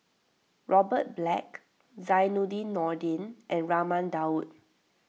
Robert Black Zainudin Nordin and Raman Daud